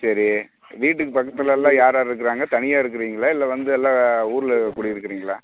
சரி வீட்டுக்கு பக்கத்துலெலாம் யார் யார் இருக்கிறாங்க தனியாக இருக்கிறீங்களா இல்லை வந்து எல்லா ஊரில் குடியிருக்கிறீங்களா